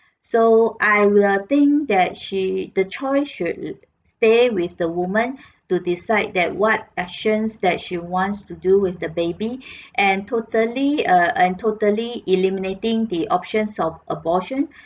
so I will think that she the choice should stay with the woman to decide that what actions that she wants to do with the baby and totally uh and totally eliminating the options of abortion